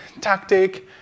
tactic